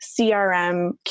CRM